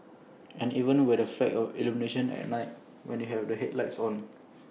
and even have the effect of illumination at night when you have your headlights on